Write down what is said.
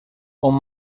hom